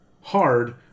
hard